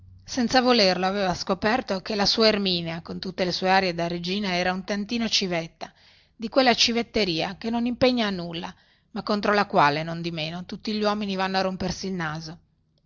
senza volerlo aveva scoperto che la sua erminia con tutte le sue arie da regina era un tantino civetta di quella civetteria che non impegna a nulla ma contro la quale nondimeno tutti gli uomini vanno a rompersi il naso